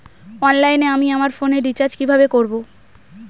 অনলাইনে আমি আমার ফোনে রিচার্জ কিভাবে করব?